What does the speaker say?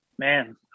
Man